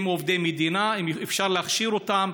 הם עובדי מדינה, אפשר להכשיר אותם.